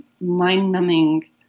mind-numbing